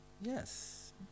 Yes